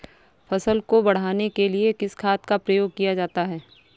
फसल को बढ़ाने के लिए किस खाद का प्रयोग किया जाता है?